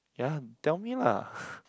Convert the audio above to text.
ya tell me lah